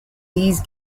these